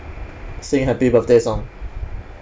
sing happy birthday song